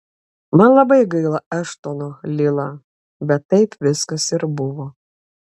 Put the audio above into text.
man labai gaila eštono lila bet taip viskas ir buvo